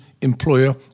employer